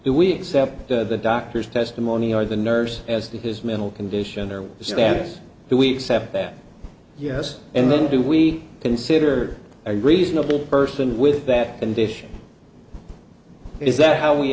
do we accept the doctor's testimony or the nurse as to his mental condition or status do we accept that yes and then do we consider a reasonable person with that condition is that how we